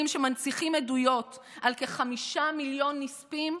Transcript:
שמנציחים עדויות על כחמישה מיליון נספים,